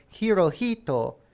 Hirohito